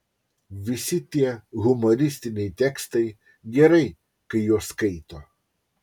visi tie humoristiniai tekstai gerai kai juos skaito